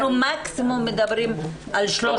אנחנו מדברים מקסימום על 300 נשים.